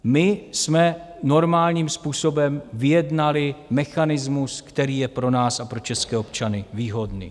My jsme normálním způsobem vyjednali mechanismus, který je pro nás a pro české občany výhodný.